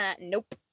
Nope